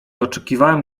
oczekiwałem